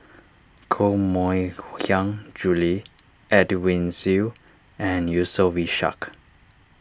Koh Mui Hiang Julie Edwin Siew and Yusof Ishak